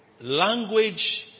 Language